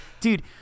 dude